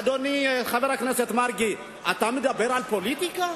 אדוני חבר הכנסת מרגי, אתה מדבר על פוליטיקה?